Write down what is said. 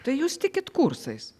tai jūs tikit kursais